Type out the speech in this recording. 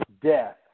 death